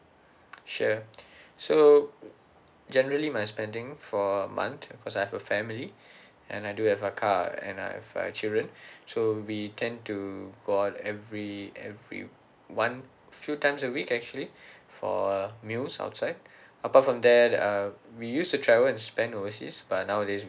sure so generally my spending for a month because I have a family and I do have a car and I have uh children so we tend to go out every every week one few times a week actually for uh meals outside apart from that uh we used to travel and spend overseas but nowadays